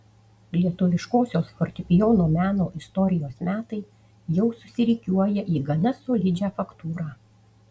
lietuviškosios fortepijono meno istorijos metai jau susirikiuoja į gana solidžią faktūrą